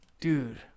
Dude